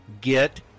get